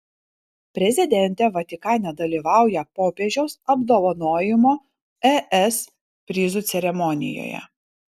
prezidentė vatikane dalyvauja popiežiaus apdovanojimo es prizu ceremonijoje